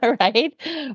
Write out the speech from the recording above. right